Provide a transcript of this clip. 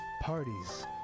parties